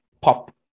pop